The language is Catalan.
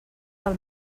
del